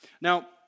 Now